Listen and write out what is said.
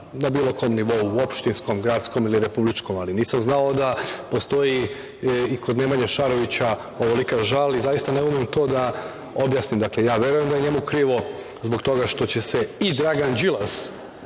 na bilo kom nivou, u opštinskom, gradskom ili republičkom, ali nisam znao da postoji i kod Nemanje Šarovića ovolika žal i zaista ne umem to da objasnim. Dakle, ja verujem da je njemu krivo zbog toga što će se i Dragan Đilas